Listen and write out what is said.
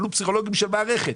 שנינו מבינים